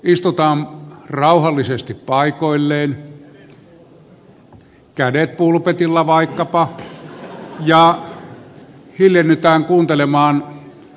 istutaan rauhallisesti paikoilleen kädet pulpetilla vaikkapa ja hiljennytään kuuntelemaan esittelypuheenvuoroa